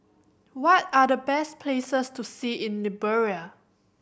what are the best places to see in Liberia